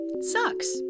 sucks